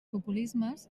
populismes